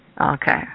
Okay